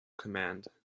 command